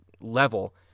level